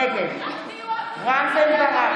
נגד רם בן ברק,